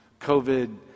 COVID